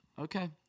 Okay